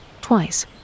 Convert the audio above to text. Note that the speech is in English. Twice